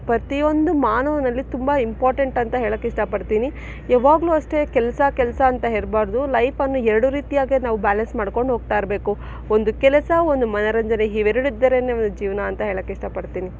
ಪ್ರತಿಯೊಂದು ಮಾನವನಲ್ಲಿ ತುಂಬ ಇಂಪಾರ್ಟೆಂಟ್ ಅಂತ ಹೇಳಕ್ಕೆ ಇಷ್ಟಪಡ್ತೀನಿ ಯಾವಾಗಲೂ ಅಷ್ಟೆ ಕೆಲಸ ಕೆಲಸ ಅಂತ ಇರ್ಬಾರ್ದು ಲೈಫನ್ನು ಎರಡು ರೀತಿಯಾಗಿ ನಾವು ಬ್ಯಾಲೆನ್ಸ್ ಮಾಡ್ಕೊಂಡು ಹೋಗ್ತಾ ಇರಬೇಕು ಒಂದು ಕೆಲಸ ಒಂದು ಮನೋರಂಜನೆ ಇವೆರಡಿದ್ದರೆ ನಮ್ಮ ಜೀವನ ಅಂತ ಹೇಳಕ್ಕೆ ಇಷ್ಟಪಡ್ತೀನಿ